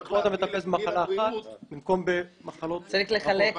אבל פה אתה מטפל במחלה אחת במקום במחלות --- צריך לחלק את הדיון.